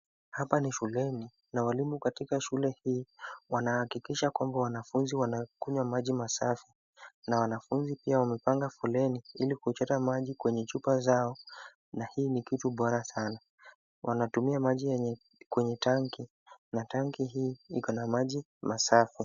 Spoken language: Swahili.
Hapa ni shuleni na walimu katika shule hii wanahakikisha kwamba wanafunzi wanakunywa maji masafi na wanafunzi pia wamepanga foleni ili kuchota maji kwenye chupa zao na hii ni kitu bora sana. Wanatumia maji kwenye tanki na tanki hii iko na maji masafi.